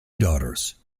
daughters